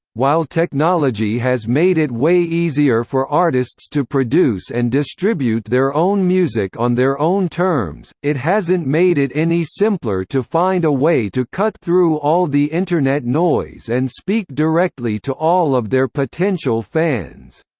while technology has made it way easier for artists to produce and distribute their own music on their own terms, terms, it hasn't made it any simpler to find a way to cut through all the internet noise and speak directly to all of their potential fans.